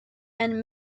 and